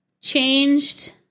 changed